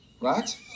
right